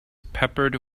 peppered